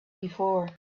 before